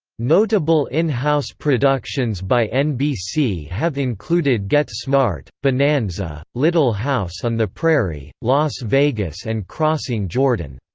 notable in-house productions by nbc have included get smart, bonanza, little house on the prairie, las vegas and crossing jordan.